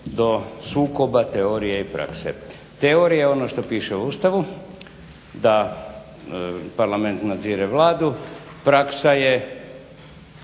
do sukoba teorije i prakse. Teorija je ono što piše u Ustavu da parlament nadzire Vladu, praksa je